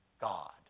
God